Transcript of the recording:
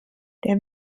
der